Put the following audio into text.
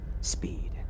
speed